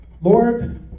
Lord